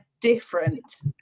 different